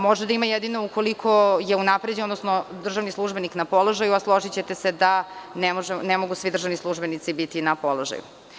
Može da ima ukoliko je unapređen, odnosno državni službenik na položaju, a složićete se da ne mogu svi državni službenici biti na položaju.